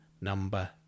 number